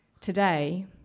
Today